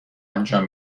انجام